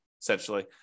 essentially